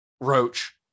Roach